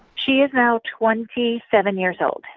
she is now twenty seven years old.